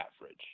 average